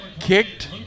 kicked